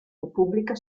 repubblica